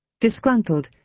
Disgruntled